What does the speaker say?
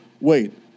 Wait